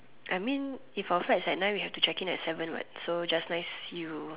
I mean if our flight's at nine we have to check in at seven what so just nice you